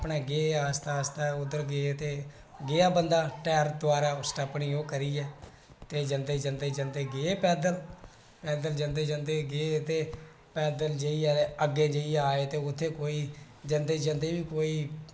अपने गे आस्तै आस्तै उद्धर गे ते गेआ बंदा टैर तुआरे स्टप्पनी ओह् करियै ते जंदे जंदे गे पैदल पैदल जंदे जंदे गे ते पैदल जाइयै ते अग्गै जाइयै आए ते उत्थै कोई जंदे जंदे बी कोई